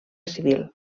civil